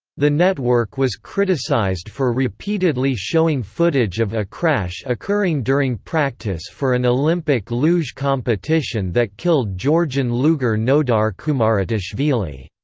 the network was criticized for repeatedly showing footage of a crash occurring during practice for an olympic luge competition that killed georgian luger nodar kumaritashvili.